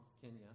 Kenya